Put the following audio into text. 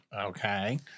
Okay